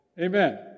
Amen